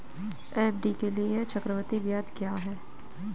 FD के लिए चक्रवृद्धि ब्याज क्या है?